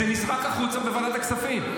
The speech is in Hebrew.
זה נזרק החוצה בוועדת הכספים.